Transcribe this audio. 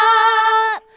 up